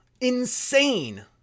insane